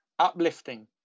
uplifting